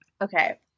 Okay